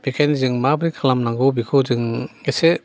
बेखायनो जों माब्रै खालामनांगौ बेखौ जों एसे